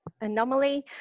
anomaly